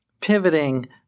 pivoting